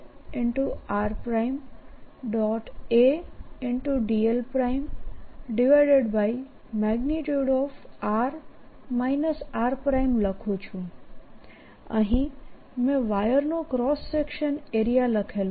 a dl|r r| લખું છું અહી મેં વાયરનો ક્રોસ સેક્શનલ એરીયા લખેલો છે